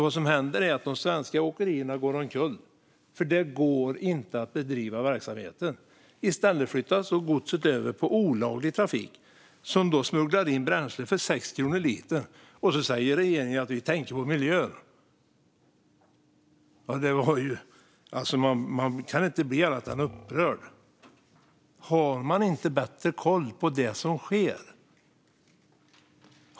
Vad som händer är att de svenska åkerierna går omkull. Det går inte att bedriva verksamheten. I stället flyttas godset över på olaglig trafik som smugglar in bränsle för 6 kronor litern. Sedan säger regeringen: Vi tänker på miljön. Man kan inte bli annat än upprörd. Har man inte bättre koll på det som sker?